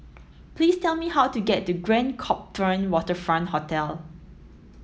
please tell me how to get to Grand Copthorne Waterfront Hotel